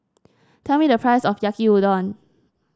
tell me the price of Yaki Udon